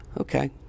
Okay